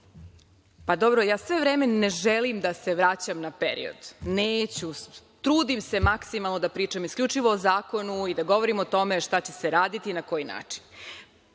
se. Ja sve vreme ne želim da se vraćam na period, neću, trudim se maksimalno da pričam isključivo o zakonu i da govorim o tome šta će se raditi i na koji način.